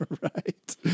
Right